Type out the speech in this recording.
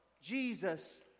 Jesus